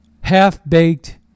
half-baked